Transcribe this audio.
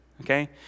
okay